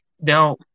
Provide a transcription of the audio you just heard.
Now